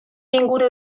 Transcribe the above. inguru